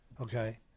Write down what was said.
Okay